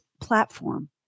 platform